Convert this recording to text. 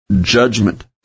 Judgment